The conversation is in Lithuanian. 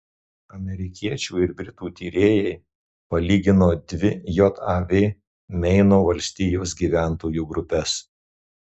amerikiečių ir britų tyrėjai palygino dvi jav meino valstijos gyventojų grupes